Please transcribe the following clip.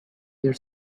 their